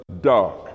dark